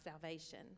salvation